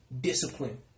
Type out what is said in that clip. discipline